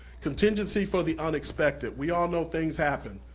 contingency for the unexpected. we all know things happen.